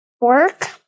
Work